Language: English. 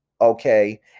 Okay